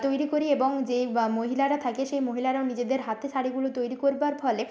তৈরি করি এবং যে বা মহিলারা থাকে সেই মহিলারাও নিজেদের হাতে শাড়িগুলো তৈরি করবার ফলে